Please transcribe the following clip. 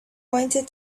pointed